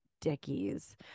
dickies